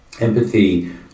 empathy